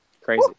crazy